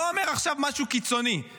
לא אומר עכשיו משהו קיצוני,